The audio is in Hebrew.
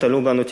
שתלו בנו תקוות.